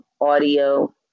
audio